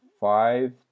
five